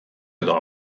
edo